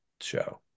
show